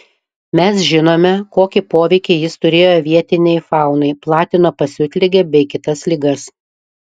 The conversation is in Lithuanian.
mes žinome kokį poveikį jis turėjo vietinei faunai platino pasiutligę bei kitas ligas